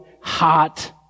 hot